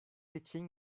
için